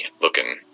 looking